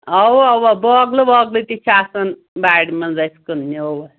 اَوا اَوا بٲگلہٕ وٲگلہٕ تہِ چھِ آسان وارِ منٛز اَسہِ کٕنٕنۍ آوا